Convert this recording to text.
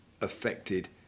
affected